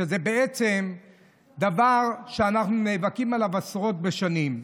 שזה דבר שאנחנו נאבקים עליו עשרות בשנים.